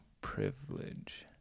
privilege